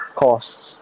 costs